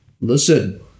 Listen